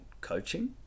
coaching